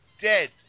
dead